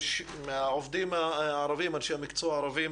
מהעובדים הערבים, אנשי המקצוע הערבים,